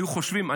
היו חושבים,